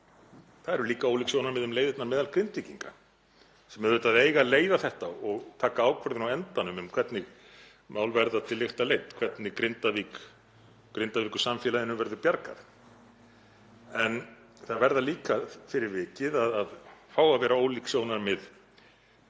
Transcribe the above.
Það eru líka ólík sjónarmið um leiðirnar meðal Grindvíkinga, sem eiga auðvitað að leiða þetta og taka ákvörðun á endanum um hvernig mál verða til lykta leidd, hvernig Grindavíkursamfélaginu verður bjargað. En það verða líka fyrir vikið að fá að vera ólík sjónarmið